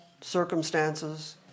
circumstances